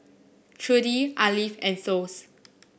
Trudie Arleth and Thos